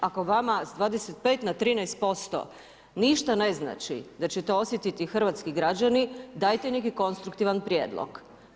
Ako vama s 25 na 13% ništa ne znači, da će to osjetiti hrvatski građani dajte neki konstruktivan prijedlog.